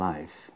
Life